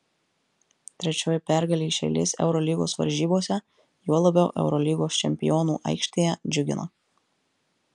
trečioji pergalė iš eilės eurolygos varžybose juo labiau eurolygos čempionų aikštėje džiugina